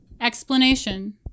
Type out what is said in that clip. explanation